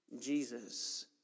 Jesus